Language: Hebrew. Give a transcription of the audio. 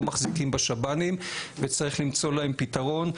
מחזיקים בשב"נים וצריך למצוא להם פתרון.